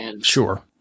Sure